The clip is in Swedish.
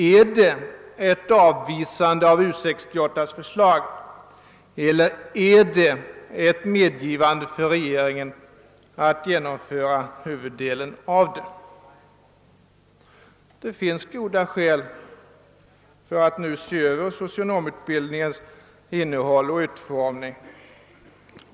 Är det ett avvisande av U68:s förslag eller är det ett medgivande för regeringen att genomföra huvuddelen av detta? Det finns goda skäl att nu se över socionomutbildningens innehåll och utformning.